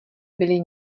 byli